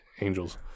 Angels